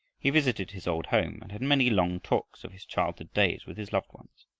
he visited his old home and had many long talks of his childhood days with his loved ones.